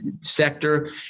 sector